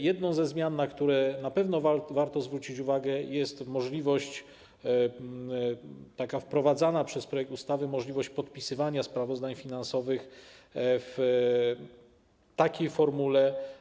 Jedną ze zmian, na które na pewno warto zwrócić uwagę, jest wprowadzana przez projekt ustawy możliwość podpisywania sprawozdań finansowych w takiej formule.